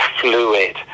fluid